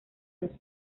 los